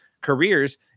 careers